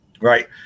right